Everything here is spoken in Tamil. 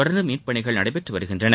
தொடர்ந்து மீட்புப்பணிகள் நடைபெற்று வருகின்றன